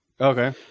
Okay